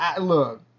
look